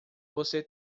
você